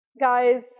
Guys